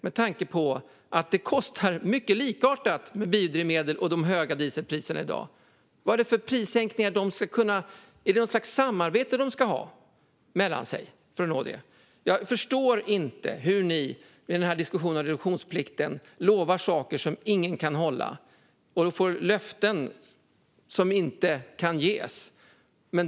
Kostnaderna är ju mycket likartade för biodrivmedel och diesel i dag, med de höga dieselpriserna. Ska de ha något slags samarbete? Jag förstår inte hur ni i den här diskussionen om reduktionsplikten lovar saker som ingen kan hålla och får löften som inte kan ges.